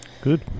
Good